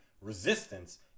resistance